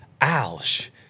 ouch